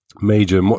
major